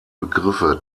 begriffe